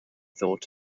thought